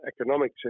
economic